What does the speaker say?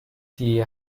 die